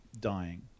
dying